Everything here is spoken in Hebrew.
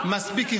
מסגד